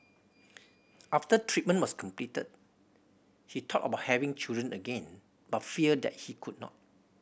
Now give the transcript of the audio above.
after treatment was completed he thought about having children again but feared that he could not